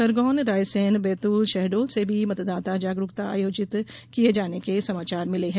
खरगौन रायसेन बैतूल शहडोल से भी मतदाता जागरूकता आयोजित किये जाने के समाचार मिलें हैं